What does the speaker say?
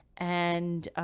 and,